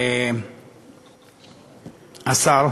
השר